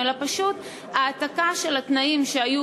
אלא פשוט על העתקה של התנאים שהיו